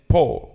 Paul